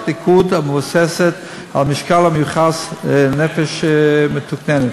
ניקוד המבוססת על משקל המיוחס לנפש מתוקננת.